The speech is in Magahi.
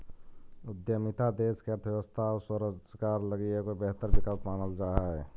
उद्यमिता देश के अर्थव्यवस्था आउ स्वरोजगार लगी एगो बेहतर विकल्प मानल जा हई